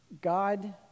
God